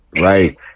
right